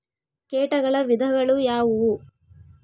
ಕೇಟಗಳ ವಿಧಗಳು ಯಾವುವು?